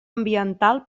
ambiental